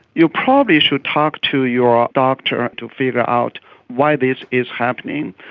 you probably should talk to your ah doctor to figure out why this is happening.